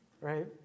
right